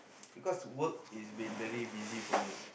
because work is been very busy for me